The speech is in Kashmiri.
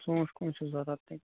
ژوٗنٛٹھۍ کٕم چھِ ضرَوٗرت تۄہہِ